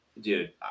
dude